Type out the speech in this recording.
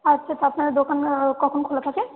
আচ্ছা তো আপনাদের দোকান কখন খোলা থাকে